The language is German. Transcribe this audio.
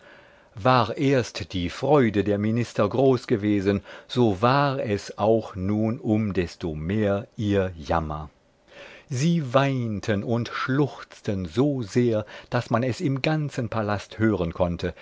war erst die freude der minister groß gewesen so war es auch nun um desto mehr ihr jammer sie weinten und schluchzten so sehr daß man es im ganzen palast hören konnte